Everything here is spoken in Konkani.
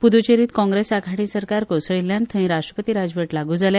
पुद्रचेरीत काँग्रेस आघाडी सरकार कोसळिल्ल्यान थंय राष्ट्रपती राजवट लागू जाल्या